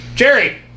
Jerry